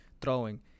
throwing